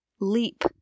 leap